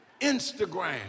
Instagram